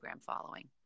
following